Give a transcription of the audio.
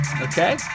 Okay